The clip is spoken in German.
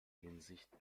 hinsicht